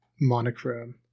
monochrome